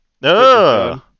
No